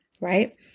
right